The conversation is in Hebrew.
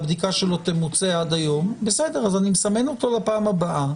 אז אני מסמן אותו לפעם הבאה.